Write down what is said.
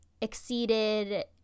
exceeded